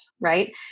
Right